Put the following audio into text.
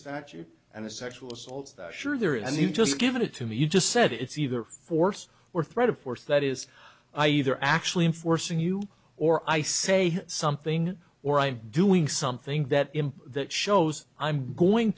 statute and a sexual assault sure there is and you've just given it to me you just said it's either force or threat of force that is i either actually i'm forcing you or i say something or i'm doing something that imp that shows i'm going